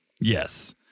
Yes